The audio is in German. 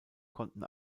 konnten